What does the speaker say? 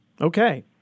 Okay